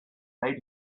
made